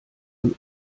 von